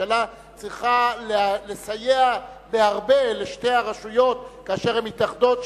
שהממשלה צריכה לסייע בהרבה לשתי הרשויות כאשר הן מתאחדות,